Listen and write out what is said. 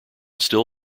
still